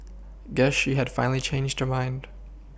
guess she had finally changed mind